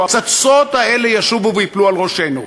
הפצצות האלה ישובו וייפלו על ראשנו.